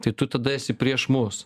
tai tu tada esi prieš mus